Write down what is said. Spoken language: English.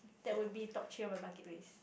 that would be top three on my bucket list